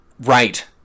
right